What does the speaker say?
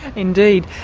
indeed.